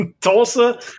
Tulsa